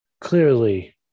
Clearly